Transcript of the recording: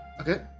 Okay